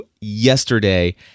yesterday